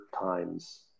times